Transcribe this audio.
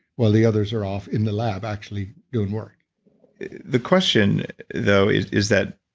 while the others are off in the lab actually doing work the question though is is that